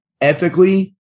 ethically